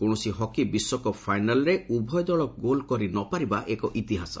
କୌଣସି ହକି ବିଶ୍ୱକପ୍ ଫାଇନାଲ୍ରେ ଉଭୟ ଦଳ ଗୋଲ୍ କରିନପାରିବା ଏକ ଇତିହାସ